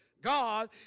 God